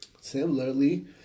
Similarly